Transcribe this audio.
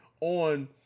on